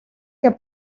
que